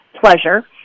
pleasure